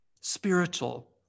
spiritual